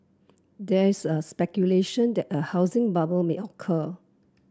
there is a speculation that a housing bubble may occur